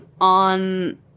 on